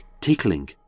tickling